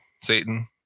Satan